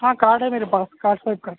ہاں کارڈ ہے میرے پاس کارڈ سوائپ کا